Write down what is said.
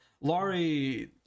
laurie